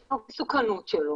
שהוכיח את המסוכנות שלו,